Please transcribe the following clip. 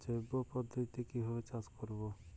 জৈব পদ্ধতিতে কিভাবে চাষ করব?